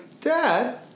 Dad